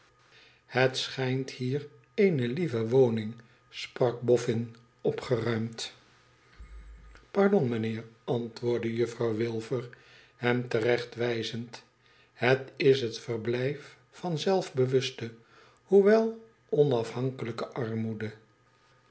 het scmjnt hier eene lieve woning sprak boffin opgeruimd pardon mijnheer antwoordde jufiirouw wilfer hem te rechtwijzend thet is het verblijf van zelfbewuste hoewel onafhankelijke armoede